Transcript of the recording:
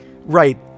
right